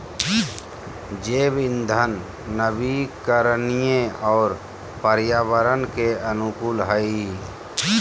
जैव इंधन नवीकरणीय और पर्यावरण के अनुकूल हइ